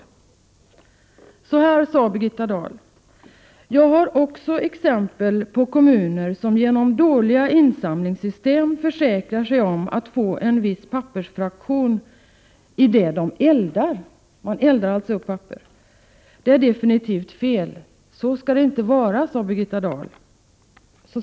Birgitta Dahl sade så här i den debatten: ”Jag har också exempel på kommuner som genom dåliga insamlingssystem försäkrar sig om att få en viss pappersfraktion i det de eldar. Det är definitivt fel. Så skall det inte vara.